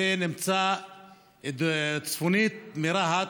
נמצא צפונית לרהט,